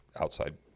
outside